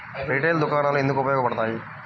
Retail దుకాణాలు ఎందుకు ఉపయోగ పడతాయి?